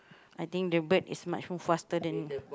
I think the bird is much more faster than the